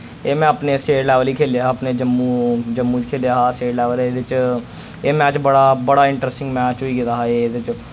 एह् में अपने स्टेट लैवल ही खेलेआ हा अपने जम्मू जम्मू च खेलेआ हा स्टेट लैवल एह्दे च एह् मैच बड़ा बड़ा इंटरस्टिंग मैच होई गेदा हा ए एह्दे च